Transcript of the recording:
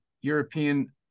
European